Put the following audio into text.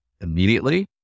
immediately